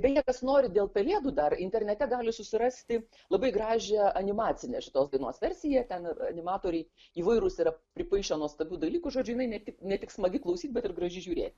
beje kas nori dėl pelėdų dar internete gali susirasti labai gražią animacinę šitos dainos versiją ten animatoriai įvairūs yra pripaišę nuostabių dalykų žodžiu jinai ne tik ne tik smagi klausyt bet ir graži žiūrėti